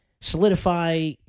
solidify